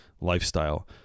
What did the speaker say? lifestyle